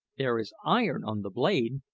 there is iron on the blade.